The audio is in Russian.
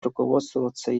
руководствоваться